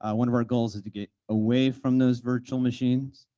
ah one of our goals is to get away from those virtual machines.